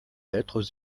êtres